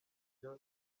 byo